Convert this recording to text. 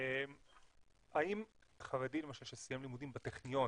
האם חרדי למשל שסיים לימודים בטכניון,